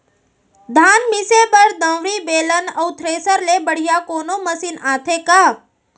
धान मिसे बर दंवरि, बेलन अऊ थ्रेसर ले बढ़िया कोनो मशीन आथे का?